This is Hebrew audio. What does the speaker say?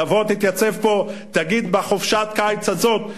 תבוא, תתייצב פה ותגיד, בחופשת הקיץ הזאת,